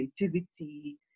creativity